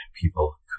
people